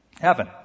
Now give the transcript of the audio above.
Heaven